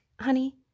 honey